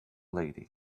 lady